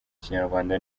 kinyarwanda